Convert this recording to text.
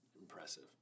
impressive